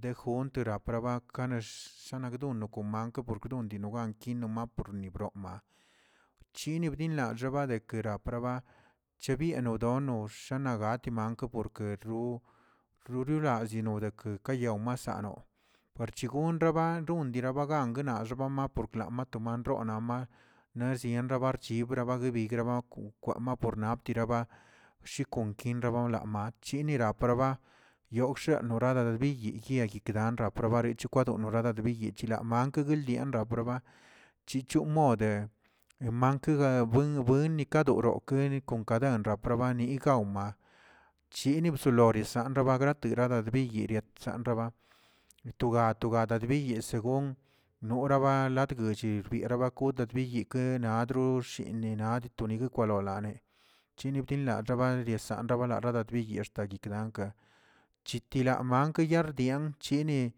de junt raprababa shenakdon donomna por don donaki aporni borma, bchinilarama guerapraba chebienodono shanagatimank' gor keru, yoruradiza deke eyaw masano, parchi gonraba rindigonaba agnaxbama porke mato manronaꞌa, naꞌ siembra marchibrani denigraba kwakwa na korman kiraba, chini paraba yogꞌxee noradabiyi kye yitlanda onorarda bichiyichlaa maklə leyaa bakarba, chichon mode mankəga buen buen nikadorokə kon kaden napraparnikama' chini bsoloresa robegrate rirbiy yeatsanraba, to ga to ga yeyee según noraba latguichi niraba kudad biyikə naꞌ dru shinina nadoyekə kwalolane, chini bdinranrabia sansana raba bdiyaa daguiklanka, chikila makla rdi chini.